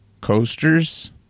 coasters